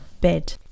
bed